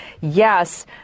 yes